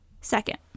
Second